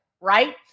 Right